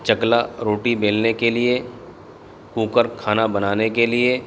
چکلا روٹی بیلنے کے لیے کوکر کھانا بنانے کے لیے